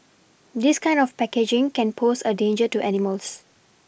this kind of packaging can pose a danger to animals